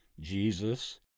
Jesus